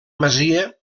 masia